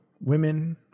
women